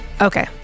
Okay